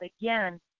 again